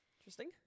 Interesting